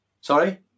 Sorry